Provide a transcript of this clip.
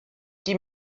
die